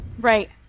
Right